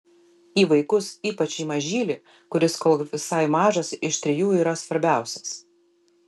į vaikus ypač į mažylį kuris kol visai mažas iš trijų yra svarbiausias